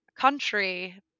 country